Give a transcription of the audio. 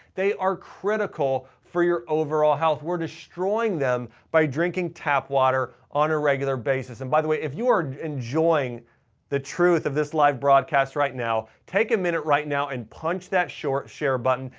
they are critical for your overall health. we're destroying them by drinking tap water on a regular basis. and by the way, if you are enjoying the truth of this live broadcast right now, take a minute right now and punch that share button.